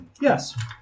Yes